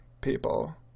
people